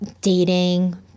dating